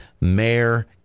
mayor